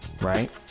right